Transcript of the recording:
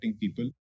people